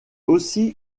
aussi